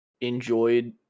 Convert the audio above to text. enjoyed